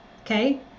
okay